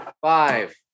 Five